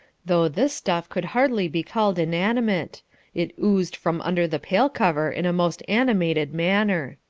though this stuff could hardly be called inanimate it oozed from under the pail cover in a most animated manner.